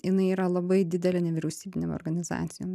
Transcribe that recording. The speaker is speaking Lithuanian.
jinai yra labai didelė nevyriausybinėm organizacijom